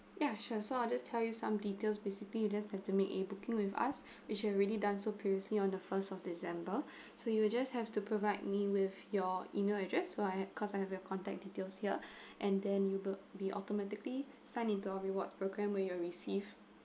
ya sure so I'll just tell you some details basically you just have to make a booking with us which you already done so previously on the first of december so you just have to provide me with your email address so I ha~ cause I have your contact details here and then you will be automatically sign into our rewards programme where you will receive